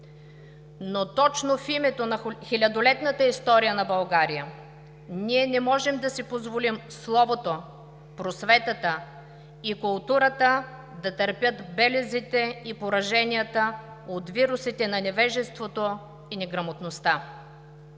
Но точно в името на хилядолетната история на България, ние не можем да си позволим словото, просветата и културата да търпят белезите и пораженията от вирусите на невежеството и неграмотността.